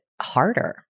harder